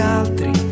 altri